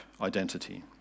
identity